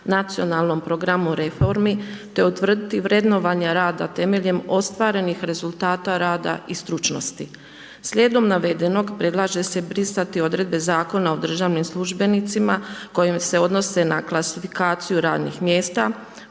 Nacionalnom programu reformi te utvrditi vrednovanja rada temeljem ostvarenih rezultata rada i stručnosti. Slijedom navedenog predlaže se brisati odredbe Zakona o državnim službenicima koje se odnose na klasifikaciju radnih mjesta,